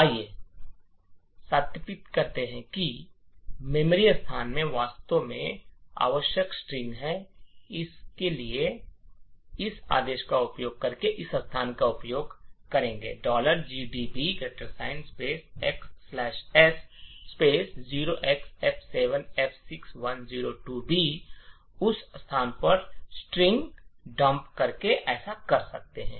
आइए सत्यापित करें कि इस मेमोरी स्थान में वास्तव में आवश्यक स्ट्रिंग है इसलिए हम इस आदेश का उपयोग करके इस आदेश का उपयोग करके gdb xs 0XF7F6102B उस स्थान पर स्ट्रिंग डंप करके ऐसा कर सकते हैं